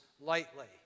lightly